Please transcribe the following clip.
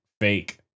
fake